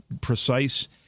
precise